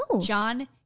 John